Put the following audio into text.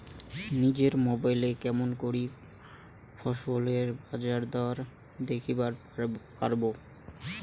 নিজের মোবাইলে কেমন করে ফসলের বাজারদর দেখিবার পারবো?